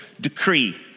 decree